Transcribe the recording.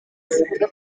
zivuga